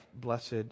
blessed